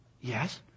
Yes